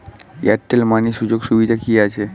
Airtel money সুযোগ সুবিধা কি আছে?